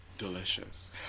delicious